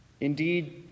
Indeed